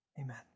amen